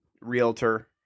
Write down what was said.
realtor